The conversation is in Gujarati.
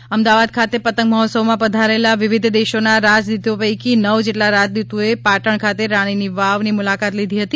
પતંગ મહોત્સવ અમદાવાદ ખાતે પતંગ મહોત્સવમાં પધારેલા વિવિધ દેશોના રાજદૂતો પૈકી નવ જેટલા રાજદ્દતોએ પાટણ ખાતે રાણીની વાવની મુલાકાત લીધી હતી